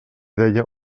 deia